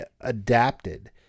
adapted